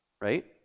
right